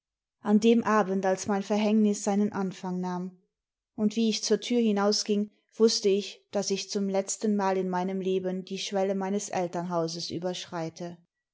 an dem abend als mein verhängnis seinen anfang nahm und wie ich zur tür hinausging wußte ich daß ich zum letztenmal in meinem leben die schwelle meines elternhauses überschreite